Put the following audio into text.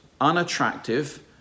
unattractive